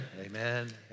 amen